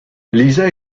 lisa